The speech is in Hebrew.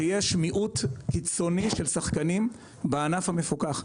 שיש מיעוט קיצוני של שחקנים בענף המפוקח.